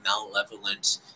malevolent